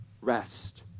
rest